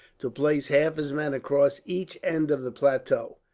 to place half his men across each end of the plateau.